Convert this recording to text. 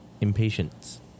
impatience